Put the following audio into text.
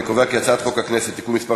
אני קובע כי הצעת חוק הכנסת (תיקון מס'